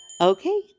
okay